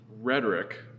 rhetoric